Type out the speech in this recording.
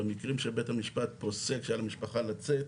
במקרים שבהם בית המשפט פוסק שעל המשפחה לצאת,